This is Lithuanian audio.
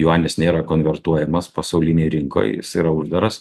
juanis nėra konvertuojamas pasaulinėj rinkoj jis yra uždaras